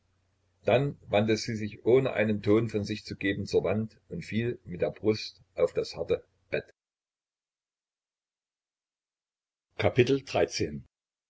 dann wandte sie sich ohne einen ton von sich zu geben zur wand und fiel mit der brust auf das harte bett